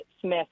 Smith